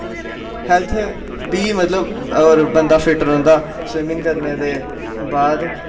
health बी मतलब होर बंदा फिट्ट रौंह्दा स्विमिंग करने दे बाद